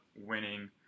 winning